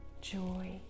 joy